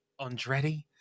Andretti